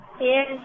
Yes